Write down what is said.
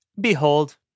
Behold